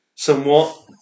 Somewhat